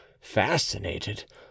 Fascinated